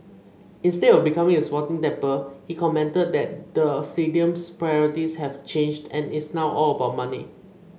instead of becoming a sporting temple he commented that the stadium's priorities have changed and it's now all about money